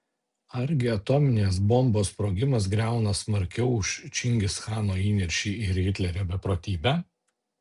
argi atominės bombos sprogimas griauna smarkiau už čingischano įniršį ir hitlerio beprotybę